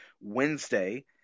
Wednesday